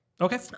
Okay